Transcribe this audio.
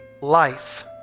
life